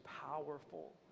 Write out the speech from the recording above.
powerful